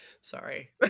sorry